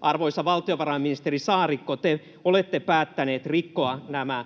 arvoisa valtiovarainministeri Saarikko, te olette päättäneet rikkoa nämä